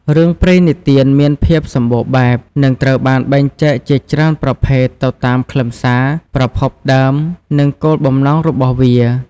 រឿងព្រេងនិទានមានភាពសម្បូរបែប និងត្រូវបានបែងចែកជាច្រើនប្រភេទទៅតាមខ្លឹមសារ ប្រភពដើម និងគោលបំណងរបស់វា ។